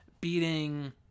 beating